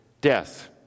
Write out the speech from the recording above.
death